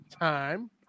time